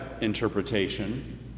interpretation